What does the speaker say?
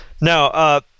Now